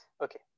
Okay